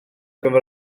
gyfer